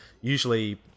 usually